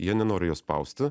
jie nenori jos spausti